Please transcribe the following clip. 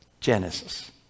Genesis